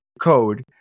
code